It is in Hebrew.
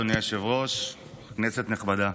אדוני היושב-ראש, כנסת נכבדה,